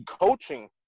coaching